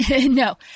No